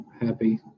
happy